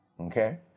okay